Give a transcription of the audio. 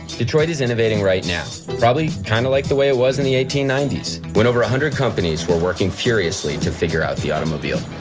detroit is innovating right now, probably kinda like the way it was in the eighteen ninety s when over one ah hundred companies were working furiously to figure out the automobile.